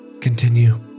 Continue